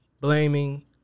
blaming